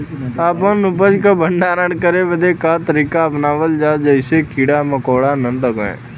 अपना उपज क भंडारन करे बदे का तरीका अपनावल जा जेसे कीड़ा मकोड़ा न लगें?